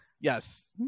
Yes